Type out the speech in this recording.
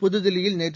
புதுதில்லியில் நேற்று